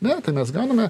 ne tai mes gauname